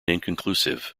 inconclusive